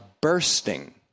bursting